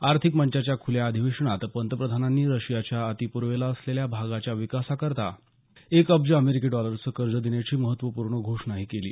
आर्थिक मंचाच्या खुल्या आधिवेशनात पंतप्रधानांनी रशियाच्या अतिपूर्वेला असलेल्या भागाच्या विकासाकरता एक अब्ज अमेरिकी डॉलरचं कर्ज देण्याची महत्वपूर्ण घोषणाही केली